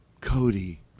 Cody